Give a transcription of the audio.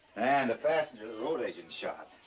and the passenger ah they shot